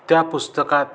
त्या पुस्तकात